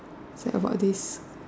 so about this